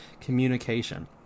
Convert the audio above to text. communication